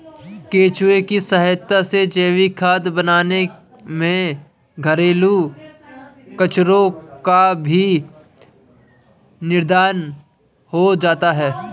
केंचुए की सहायता से जैविक खाद बनाने में घरेलू कचरो का भी निदान हो जाता है